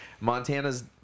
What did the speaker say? Montana's